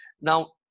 Now